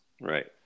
Right